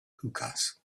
hookahs